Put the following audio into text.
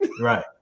right